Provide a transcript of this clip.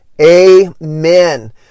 Amen